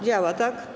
Działa, tak?